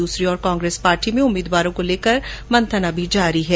दूसरी ओर कांग्रेस पार्टी में उम्मीदवारों को लेकर मंथन अभी जारी है